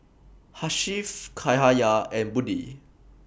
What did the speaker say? Hasif Cahaya and Budi